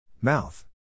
Mouth